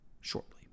shortly